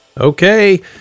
Okay